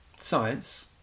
science